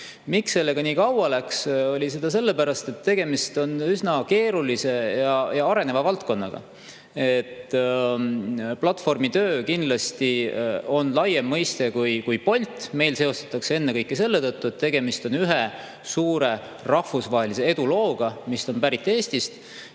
miks sellega nii kaua läks, on see, et tegemist on üsna keerulise ja areneva valdkonnaga. Platvormitöö kindlasti on laiem mõiste kui Bolt. Meil seostatakse seda ennekõike Boltiga selle tõttu, et tegemist on ühe suure rahvusvahelise edulooga, mis on pärit Eestist,